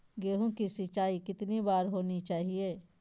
गेहु की सिंचाई कितनी बार होनी चाहिए?